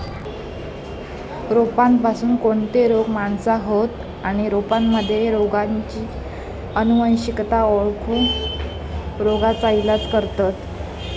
रोपांपासून कोणते रोग माणसाका होतं आणि रोपांमध्ये रोगाची अनुवंशिकता ओळखोन रोगाचा इलाज करतत